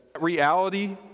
Reality